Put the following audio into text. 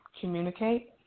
communicate